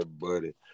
buddy